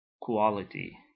quality